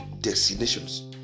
destinations